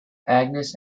agnes